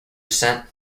descent